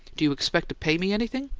do you expect to pay me anything?